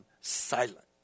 silent